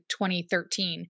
2013